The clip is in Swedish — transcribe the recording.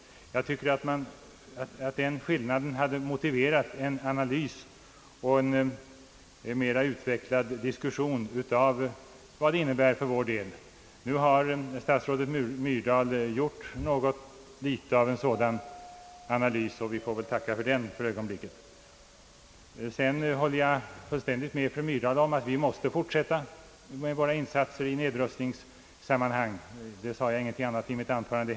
Jag tycker att vår särställning hade motiverat en analys och en mera ingående diskussion av vad avtalet kan innebära för vår del. Nu har statsrådet Myrdal gjort något litet av en sådan analys, och vi får väl nöja oss med den för ögonblicket. Jag håller fullständigt med statsrådet Myrdal om att vi måste fortsätta med våra insatser i nedrustningssammanhang. Jag sade heller ingenting annat i mitt anförande.